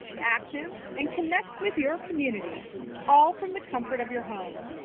active and connect with your community all from the comfort of your home.